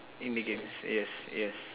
in the games yes yes